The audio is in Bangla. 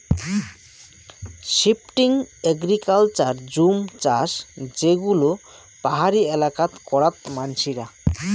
শিফটিং এগ্রিকালচার জুম চাষ যে গুলো পাহাড়ি এলাকাত করাত মানসিরা